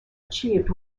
achieved